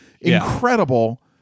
incredible